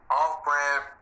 off-brand